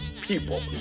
people